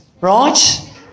right